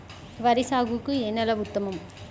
వరి సాగుకు ఏ నేల ఉత్తమం?